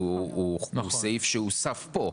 הוא סעיף שהוסף פה.